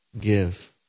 give